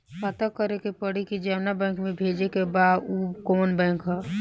पता करे के पड़ी कि जवना बैंक में भेजे के बा उ कवन बैंक ह